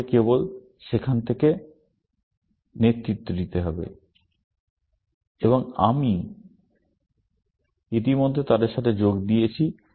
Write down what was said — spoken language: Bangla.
আমাকে কেবল সেখান থেকে নেতৃত্ব দিতে হবে এবং আমি ইতিমধ্যে তাদের সাথে যোগ দিয়েছি